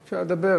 בסדר, דבר.